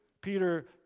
Peter